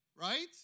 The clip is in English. right